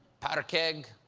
powder keg,